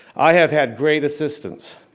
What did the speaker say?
i have had great assistants.